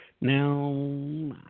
Now